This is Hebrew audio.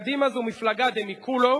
קדימה זו מפלגה דמיקולו